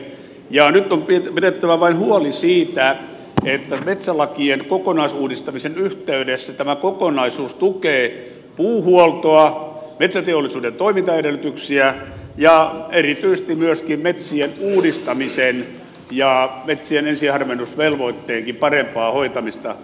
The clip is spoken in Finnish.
nyt on vain pidettävä huoli siitä että metsälakien kokonaisuudistamisen yhteydessä tämä kokonaisuus tukee puuhuoltoa metsäteollisuuden toimintaedellytyksiä ja erityisesti myöskin metsien uudistamisen ja metsien ensiharvennusvelvoitteenkin parempaa hoitamista